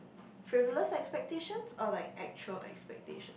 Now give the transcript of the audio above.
frivolous expectations or like actual expectations